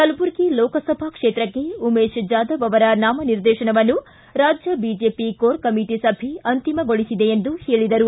ಕಲಬುರಗಿ ಲೋಕಸಭಾ ಕ್ಷೇತ್ರಕ್ಕೆ ಉಮೇಶ್ ಜಾದವ್ ಅವರ ನಾಮನಿರ್ದೇಶನವನ್ನು ರಾಜ್ಯ ಬಿಜೆಪಿ ಕೋರ್ ಕಮಿಟಿ ಸಭೆ ಅಂತಿಮಗೊಳಿಸಿದೆ ಎಂದು ಹೇಳಿದರು